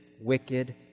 Wicked